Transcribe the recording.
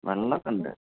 വെള്ളം ഒക്കെ ഉണ്ട്